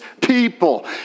people